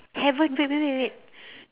haven't wait wait wait wait